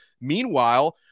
Meanwhile